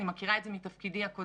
אני מכירה את זה מתפקידי הקודם